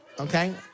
Okay